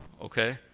okay